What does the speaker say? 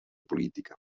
política